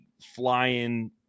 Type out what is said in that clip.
flying